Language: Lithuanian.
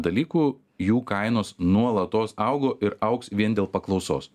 dalykų jų kainos nuolatos augo ir augs vien dėl paklausos